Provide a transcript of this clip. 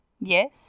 yes